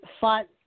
fought